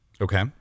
Okay